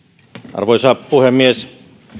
arvoisa puhemies